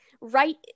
right